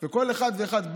וכל אחד ואחד בה.